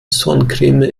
sonnencreme